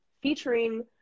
featuring